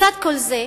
לצד כל זה,